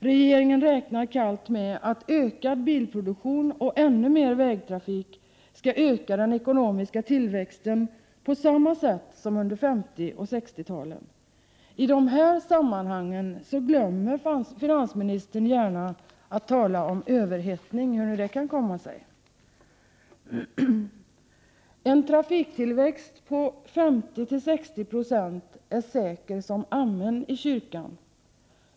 Regeringen räknar kallt med att ökad bilproduktion och ännu mer vägtrafik skall öka den ekonomiska tillväxten på samma sätt som under 50 och 60-talen. I de här sammanhangen glömmer finansministern gärna att tala om ”överhettning”, hur nu det kan komma sig. En trafiktillväxt på 50—60 96 är säker som amen i kyrkan.